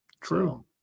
True